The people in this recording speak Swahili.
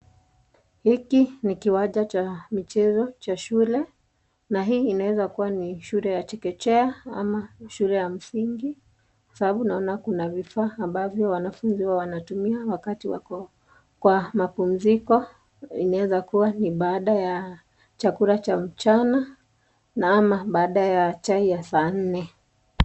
Hiki ni kiwanja cha michezo cha shule na hii inaeza kuwa ni shule ya chekechea ama shule ya msingi kwa sababu naona kuna vifaa ambavyo wanafunzi huwa wanatumia wakati wako kwa mapumziko. Inaeza kuwa ni baada ya chakula cha mchana ama baada ya chai ya saa nne.